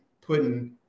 putting